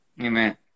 Amen